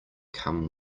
come